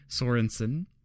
Sorensen